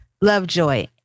Lovejoy